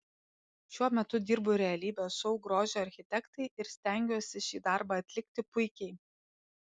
šiuo metu dirbu realybės šou grožio architektai ir stengiuosi šį darbą atlikti puikiai